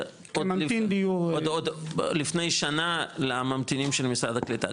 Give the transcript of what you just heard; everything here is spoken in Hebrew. עוד לפני שנה לממתינים של משרד הקליטה,